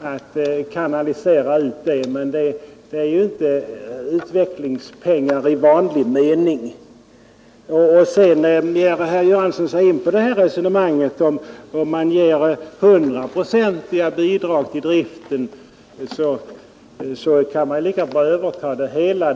att kanalisera pengarna. Där var det inte fråga om utvecklingsbistånd i vanlig mening utan om ren katastrofhjälp. Herr Göransson ger sig in på resonemanget att staten, om den ger hundraprocentiga bidrag till organisationernas drift, lika gärna kan överta det hela.